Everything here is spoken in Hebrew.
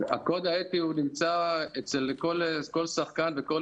הקוד האתי נמצא אצל כל שחקן ואצל כל